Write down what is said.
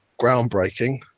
groundbreaking